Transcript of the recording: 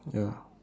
ya